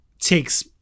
takes